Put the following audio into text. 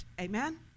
amen